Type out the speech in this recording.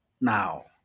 Now